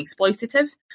exploitative